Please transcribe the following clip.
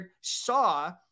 saw